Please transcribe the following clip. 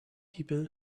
people